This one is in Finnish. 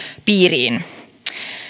piiriin